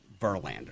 Verlander